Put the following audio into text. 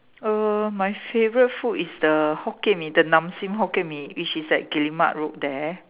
err my favorite food is the Hokkien Mee the Nam Sing Hokkien Mee which is at Guillemard Road there